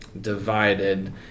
divided